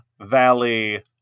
Valley